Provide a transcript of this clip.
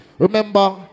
Remember